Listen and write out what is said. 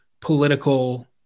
political